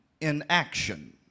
inaction